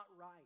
right